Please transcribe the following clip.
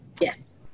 Yes